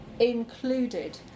Included